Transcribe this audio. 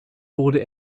wurde